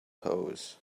pose